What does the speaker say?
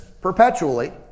perpetually